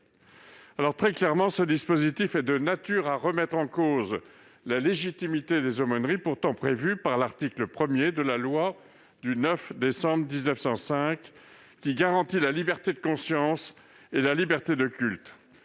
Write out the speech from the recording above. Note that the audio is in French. distinction. Or ce dispositif est de nature à remettre en cause la légitimité des aumôneries pourtant prévues par l'article 1 de la loi du 9 décembre 1905 qui garantit la liberté de conscience et la liberté de culte.